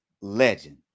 legend